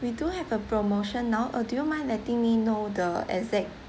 we do have a promotion now uh do you mind letting me know the exact